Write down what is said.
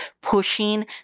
pushing